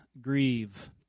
grieve